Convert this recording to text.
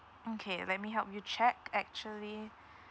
mm K let me help you check actually